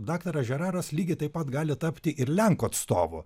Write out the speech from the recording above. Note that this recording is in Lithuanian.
daktaras žeraras lygiai taip pat gali tapti ir lenkų atstovu